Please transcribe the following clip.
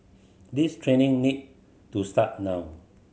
this training need to start now